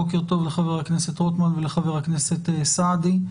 בוקר טוב לחבר הכנסת רוטמן ולחבר הכנסת סעדי,